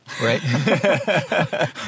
Right